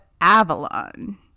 Avalon